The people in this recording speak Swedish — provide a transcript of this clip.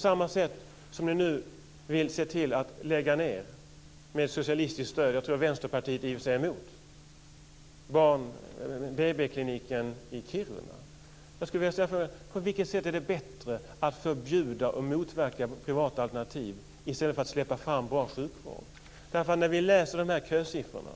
Det är samma skäl som gör att man nu med socialistiskt stöd - jag tror i och för sig att Vänsterpartiet är emot - vill lägga ned BB-kliniken i Kiruna. Jag skulle vilja ställa frågan: På vilket sätt är det bättre att förbjuda och motverka privata alternativ än att släppa fram bra sjukvård? De här kösiffrorna